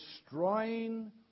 destroying